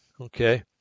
okay